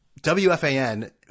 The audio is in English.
WFAN